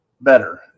better